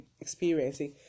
experiencing